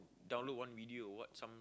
download one video or what some